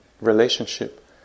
relationship